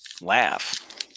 laugh